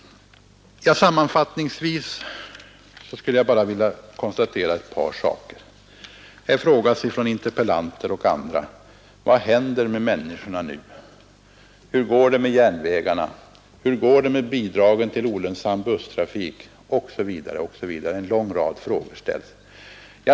”Sammanfattningsvis skulle jag vilja konstatera ett par saker. Det frågas från interpellanter och andra: Vad händer med människorna nu? Hur går det med järnvägarna? Hur går det med bidragen till olönsam busstrafik osv? Det är en lång rad frågor som ställs.